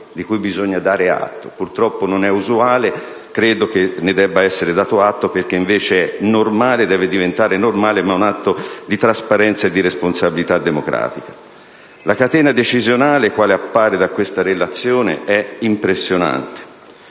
La catena decisionale, quale appare da questa relazione, è impressionante: